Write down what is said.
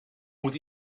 moet